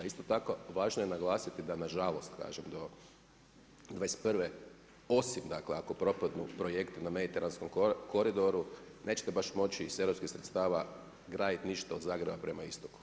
Isto tako, važno je naglasiti da na žalost kažem do dvadeset i prve, osim dakle ako propadnu projekti na mediteranskom koridoru nećete baš moći iz europskih sredstava graditi ništa od Zagreba prema istoku.